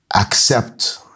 accept